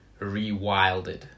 rewilded